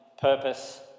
purpose